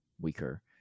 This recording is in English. weaker